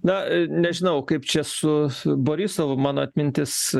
na nežinau kaip čia su borisovu mano atmintis